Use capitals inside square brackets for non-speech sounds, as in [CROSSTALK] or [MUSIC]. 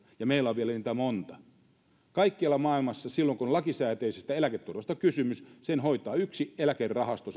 ja meillä on niitä vielä monta kaikkialla maailmassa silloin kun on lakisääteisestä eläketurvasta kysymys sen hoitaa yksi eläkerahasto [UNINTELLIGIBLE]